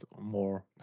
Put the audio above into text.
more